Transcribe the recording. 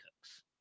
Cooks